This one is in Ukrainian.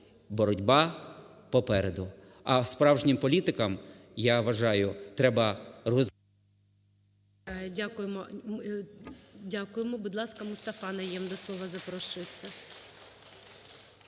Боротьба попереду. А справжнім політикам, я вважаю, треба … ГОЛОВУЮЧИЙ. Дякуємо. Будь ласка, МустафаНайєм до слова запрошується.